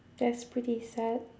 that's pretty sad